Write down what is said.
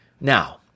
Now